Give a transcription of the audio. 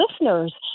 listeners